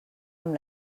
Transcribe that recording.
amb